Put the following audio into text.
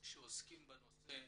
שעוסקים בנושא.